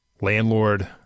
landlord